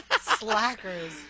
Slackers